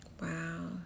Wow